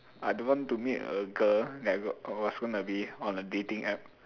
I don't want to meet a girl that was gonna be on a dating app